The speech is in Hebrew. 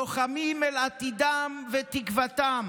לוחמים על עתידם ותקוותם,